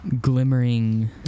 glimmering